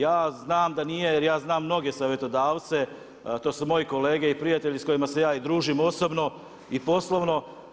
Ja znam da nije, jer ja znam mnoge savjetodavce, to su moji kolege i prijatelji s kojima se ja i držim osobno i poslovno.